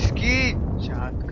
key